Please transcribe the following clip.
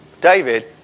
David